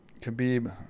Khabib